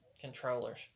controllers